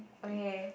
okay